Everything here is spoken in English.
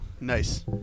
Nice